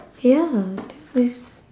ya that is